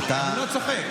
אדוני, אני באמת שואל.